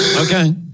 Okay